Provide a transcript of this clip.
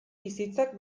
bizitzak